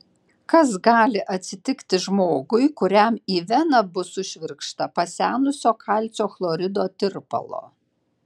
kas gali atsitikti žmogui kuriam į veną bus sušvirkšta pasenusio kalcio chlorido tirpalo